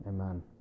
Amen